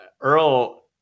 Earl